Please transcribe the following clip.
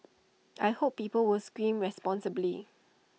I hope people will scream responsibly